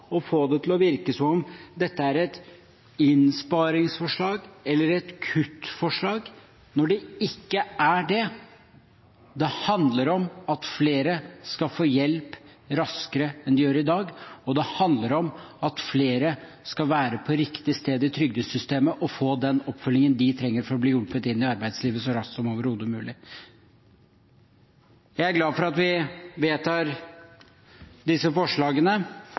å få det til å virke som om dette er et innsparingsforslag eller et kuttforslag, når det ikke er det. Det handler om at flere skal få hjelp raskere enn i dag, og det handler om at flere skal være på riktig sted i trygdesystemet og få den oppfølgingen de trenger for å bli hjulpet inn i arbeidslivet så raskt som overhodet mulig. Jeg er glad for at vi vedtar disse forslagene